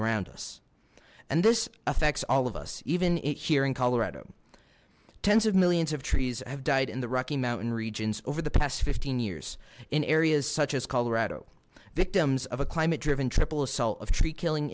around us and this affects all of us even here in colorado tens of millions of trees have died in the rocky mountain regions over the past fifteen years in areas such as colorado victims of a climate driven triple assault of tree killing